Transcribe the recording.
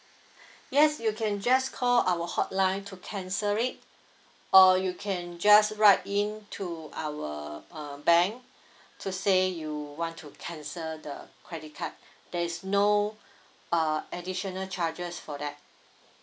yes you can just call our hotline to cancel it or you can just write in to our uh bank to say you want to cancel the credit card there is no uh additional charges for that